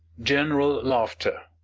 general laughter.